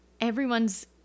Everyone's